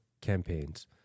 campaigns